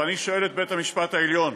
ואני שואל את בית המשפט העליון: